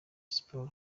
siporo